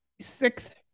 six